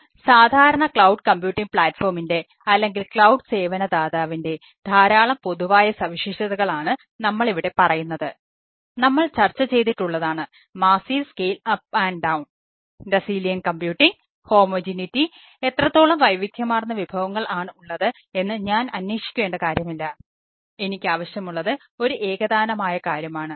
ഒരു സാധാരണ cloud computing പ്ലാറ്റ്ഫോമിൻറെ എത്രത്തോളം വൈവിധ്യമാർന്ന വിഭവങ്ങൾ ആണ് ഉള്ളത് എന്ന് ഞാൻ അന്വേഷിക്കേണ്ട കാര്യമില്ല എനിക്ക് ആവശ്യമുള്ളത് ഒരു ഏകതാനമായ കാര്യമാണ്